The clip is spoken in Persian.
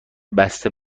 بسته